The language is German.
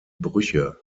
brüche